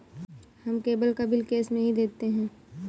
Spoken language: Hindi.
हम केबल का बिल कैश में ही देते हैं